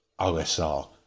OSR